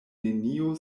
neniu